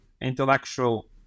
intellectual